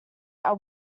are